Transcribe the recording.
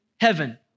heaven